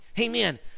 Amen